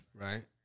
Right